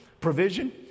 provision